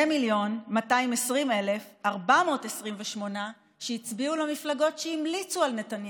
שני מיליון ו-220,428 הצביעו למפלגות שהמליצו על נתניהו.